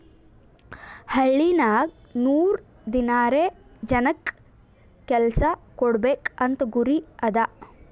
ಹಳ್ಳಿನಾಗ್ ನೂರ್ ದಿನಾರೆ ಜನಕ್ ಕೆಲ್ಸಾ ಕೊಡ್ಬೇಕ್ ಅಂತ ಗುರಿ ಅದಾ